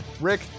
Rick